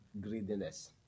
greediness